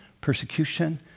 persecution